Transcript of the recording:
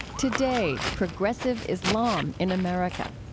today, progressive islam in america.